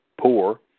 poor